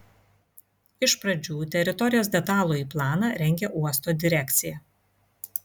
iš pradžių teritorijos detalųjį planą rengė uosto direkcija